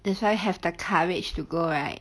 that's why have the courage to go right